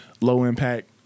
low-impact